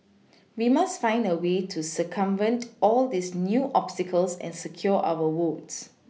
we must find a way to circumvent all these new obstacles and secure our votes